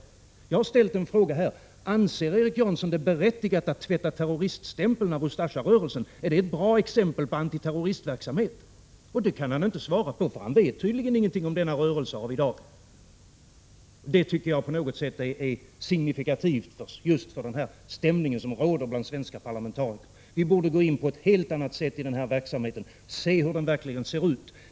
Jag har ställt en fråga: Anser Erik Janson att det är berättigat att man tvättar terroriststämpeln av Ustasja-rörelsen? Är det ett bra exempel på antiterro ristverksamhet? Det kan han inte svara på, eftersom han tydligen inte vet något om denna rörelse av i dag. Det tycker jag på något sätt är signifikativt just för den stämning som råder bland svenska parlamentariker. Vi borde på ett helt annat sätt gå in i denna verksamhet och se hur den verkligen ser ut.